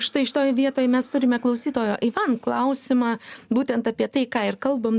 štai šitoj vietoj mes turime klausytojo ivan klausimą būtent apie tai ką ir kalbam